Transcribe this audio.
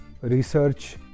research